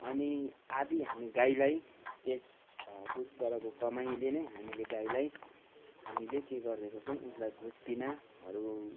अनि आधा हामी गाईलाई त्यस दुधबाटको कमाइले नै हामीले गाईलाई हामीले के गरेको छौँ उसलाई भुस पिनाहरू